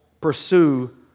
pursue